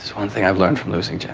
one thing i've learned from losing